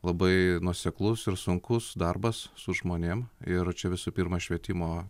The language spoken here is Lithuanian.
labai nuoseklus ir sunkus darbas su žmonėm ir čia visų pirma švietimo